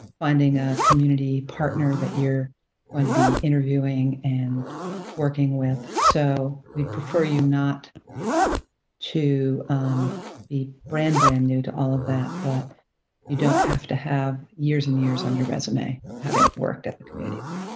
finding a community partner that you're going to be interviewing and working with. so we prefer you not to be brand, brand new to all of that, but you don't have to have years and years on your resume of having worked at the community. ah